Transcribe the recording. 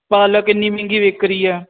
ਪਾਲਕ ਇੰਨੀ ਮਹਿੰਗੀ ਵਿਕ ਰਹੀ ਆ